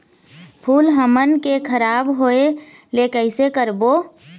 फूल हमन के खराब होए ले कैसे रोकबो?